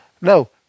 No